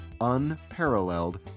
unparalleled